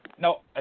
No